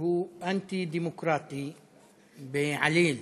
שהוא אנטי-דמוקרטי בעליל,